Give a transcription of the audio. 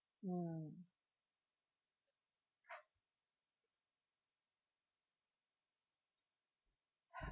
mm